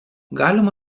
galima